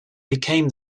became